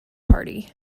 party